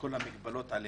כל המגבלות עליהם,